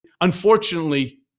unfortunately